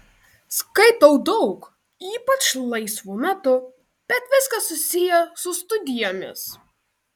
skaitau daug ypač laisvu metu bet viskas susiję su studijomis